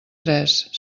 tres